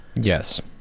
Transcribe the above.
Yes